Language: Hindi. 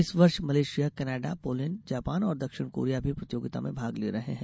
इस वर्ष मलेशिया कनाडा पोलैंड जापान और दक्षिण कोरिया भी प्रतियोगिता में भाग ले रहे हैं